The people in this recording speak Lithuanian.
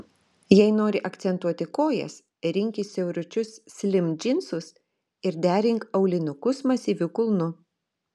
jei nori akcentuoti kojas rinkis siauručius slim džinsus ir derink aulinukus masyviu kulnu